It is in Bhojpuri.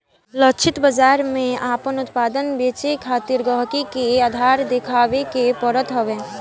लक्षित बाजार में आपन उत्पाद बेचे खातिर गहकी के आधार देखावे के पड़त हवे